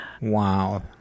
Wow